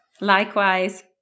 Likewise